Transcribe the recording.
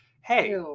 Hey